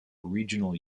regional